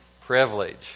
privilege